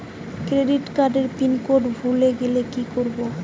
Credit কার্ডের pin code ভুলে গেলে কি করব?